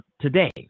today